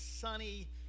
sunny